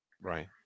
Right